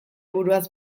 buruaz